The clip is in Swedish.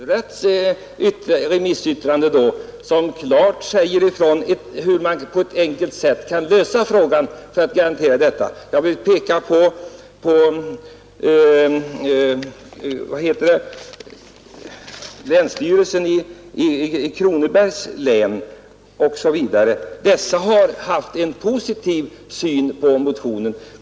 Herr talman! Då vill jag peka på Göta hovrätts remissyttrande, där det klart anges hur man på ett enkelt sätt kan lösa denna fråga och skapa önskade garantier. Eller jag kan hänvisa till länsstyrelsen i Kronobergs län och lantbruksstyrelsen som har deklarerat en positiv syn på motionen.